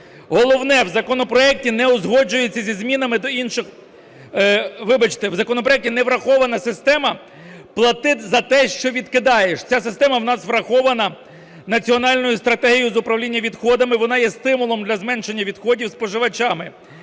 вибачте! В законопроекті не врахована система платити за те, що відкидаєш. Ця система в нас врахована Національною стратегією управління відходами, вона є стимулом для зменшення відходів споживачами: